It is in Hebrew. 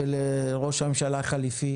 ולראש הממשלה החליפי